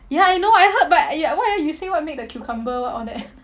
ya I know I heard but uh what ah you say what made the cucumber what all that